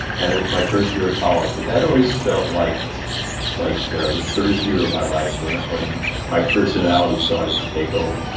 and ah my first year of college, but that always felt like like the first year of my life, when when my personality started to take over.